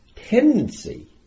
tendency